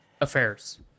affairs